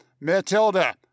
Matilda